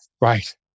Right